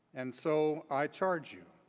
and so i charge you